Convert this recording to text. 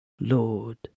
Lord